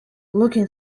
looking